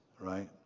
right